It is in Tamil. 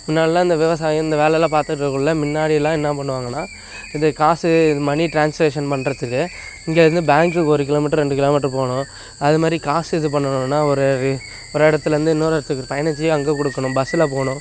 முன்னாடிலாம் இந்த விவசாயம் இந்த வேலைலாம் பார்த்துட்டு இருக்கக்குள்ளே முன்னாடிலாம் என்ன பண்ணுவாங்கன்னா இது காசு இது மனி ட்ரான்ஸ்ஸேஷன் பண்ணுறத்துக்கு இங்கேருந்து பேங்க்குக்கு ஒரு கிலோ மீட்ரு ரெண்டு கிலோ மீட்ரு போகணும் அது மாதிரி காசு இது பண்ணுணுன்னா ஒரு ஒரு இடத்துலேர்ந்து இன்னொரு இடத்துக்கு பயணிச்சு அங்கே கொடுக்கணும் பஸ்ஸில் போகணும்